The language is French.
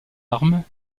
armes